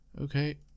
Okay